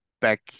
back